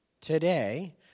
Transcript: today